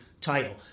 title